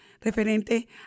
referente